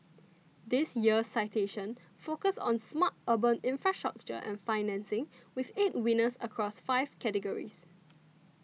this year's citations focus on smart urban infrastructure and financing with eight winners across five categories